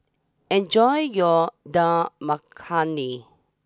enjoy your Dal Makhani